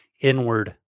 inward